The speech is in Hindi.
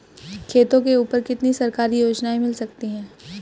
खेतों के ऊपर कितनी सरकारी योजनाएं मिल सकती हैं?